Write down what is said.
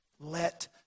let